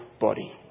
body